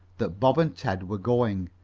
that bob and ted were going,